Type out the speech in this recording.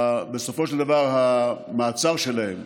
בסופו של דבר המעצר שלהם,